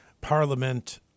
Parliament